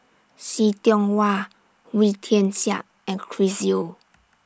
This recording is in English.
See Tiong Wah Wee Tian Siak and Chris Yeo